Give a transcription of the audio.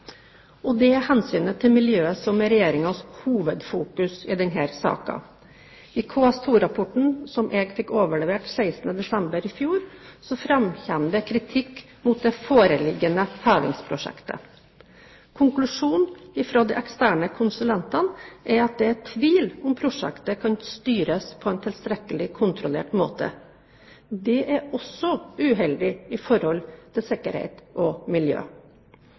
Det er hensynet til miljøet som er Regjeringens hovedfokus i denne saken. I KS2-rapporten, som jeg fikk overlevert 16. desember i fjor, framkommer det kritikk mot det foreliggende hevingsprosjektet. Konklusjonen fra de eksterne konsulentene er at det er tvil om prosjektet kan styres på en tilstrekkelig kontrollert måte. Dette er også uheldig med tanke på sikkerhet og miljø.